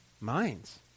minds